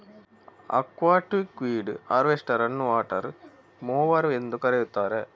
aquatic weed harvester ಅನ್ನುವಾಟರ್ mower ಎಂದೂ ಕರೆಯುತ್ತಾರೆ